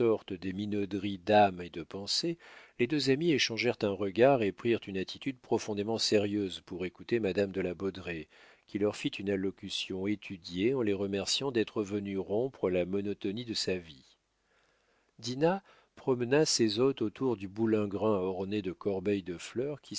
des minauderies d'âme et de pensée les deux amis échangèrent un regard et prirent une attitude profondément sérieuse pour écouter madame de la baudraye qui leur fit une allocution étudiée en les remerciant d'être venus rompre la monotonie de sa vie dinah promena ses hôtes autour du boulingrin orné de corbeilles de fleurs